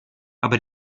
aber